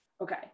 Okay